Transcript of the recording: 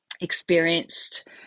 experienced